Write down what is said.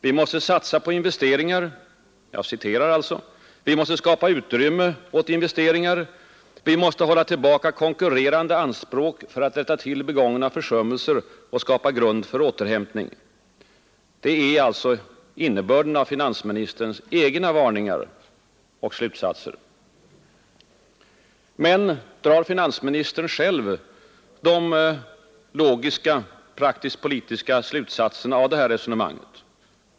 Vi måste satsa på investeringar, vi måste skapa utrymme åt investeringar, vi måste hålla tillbaka konkurrerande anspråk för att rätta till begångna försummelser och skapa en grund för återhämtning. Detta är alltså innebörden i finansministerns egna varningar och slutsatser. Men drar finansministern själv de logiska praktiskt politiska slutsatserna av det här resonemanget?